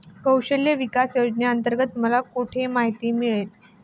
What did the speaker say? कौशल्य विकास योजनेअंतर्गत मला कुठे माहिती मिळेल?